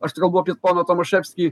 aš tai kalbu apie poną tomaševskį